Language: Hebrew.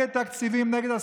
בבקשה.